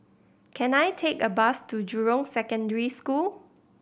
can I take a bus to Jurong Secondary School